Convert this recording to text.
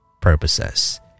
purposes